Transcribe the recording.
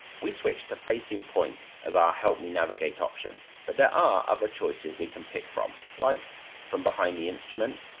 we switched to facing point as our help me navigate option, but there are other choices we can pick from, like from behind the instrument,